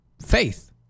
faith